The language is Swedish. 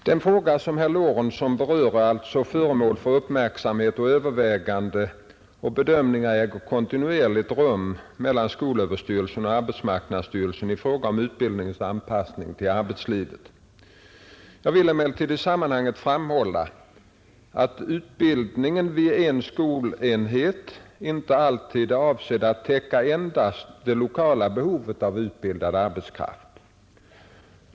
Den fråga som herr Lorentzon berör är alltså föremål för uppmärksamhet, och överväganden och bedömningar äger kontinuerligt rum mellan skolöverstyrelsen och arbetsmarknadsstyrelsen i fråga om utbildningens anpassning till arbetslivet. Jag vill emellertid i sammanhanget framhålla att utbildningen vid en skolenhet inte alltid är avsedd att täcka endast det lokala behovet av utbildad arbetskraft.